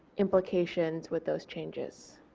implications with those changes.